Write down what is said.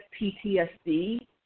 ptsd